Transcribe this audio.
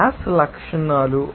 gas లక్షణాలు